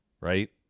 right